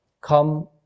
come